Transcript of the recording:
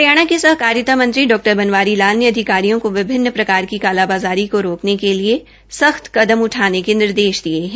हरियाणा के सहकारिता मंत्री डॉ बनवारी लाल ने अधिकारियों को विभिन्न प्रकार की कालाबाज़ारी को रोकने के लिए संख्त कदम उठाने के निर्देश दिय है